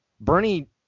Bernie